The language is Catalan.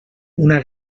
una